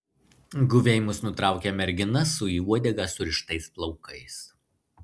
guviai mus nutraukia mergina su į uodegą surištais plaukais